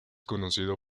conocido